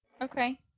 okay